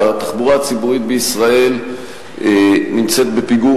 התחבורה הציבורית בישראל נמצאת בפיגור